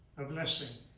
a blessing.